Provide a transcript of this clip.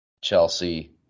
Chelsea